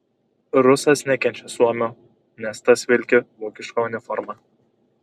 rusas nekenčia suomio nes tas vilki vokišką uniformą